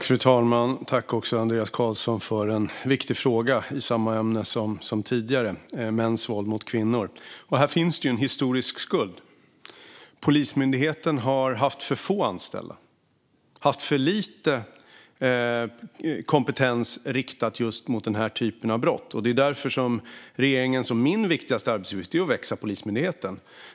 Fru talman! Tack, Andreas Carlson, för en viktig fråga i samma ämne som tidigare, mäns våld mot kvinnor. Här finns det en historisk skuld. Polismyndigheten har haft för få anställda och för lite kompetens riktad mot just den här typen av brott. Det är därför som regeringens och min viktigaste arbetsuppgift är att få Polismyndigheten att växa.